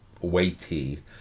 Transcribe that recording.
weighty